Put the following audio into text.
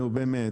נו, באמת?